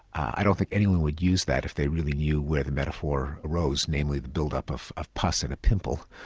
i don't think anyone would use that if they really knew where the metaphor arose, namely the build up of of pus in a pimple.